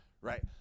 Right